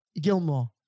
Gilmore